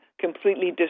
completely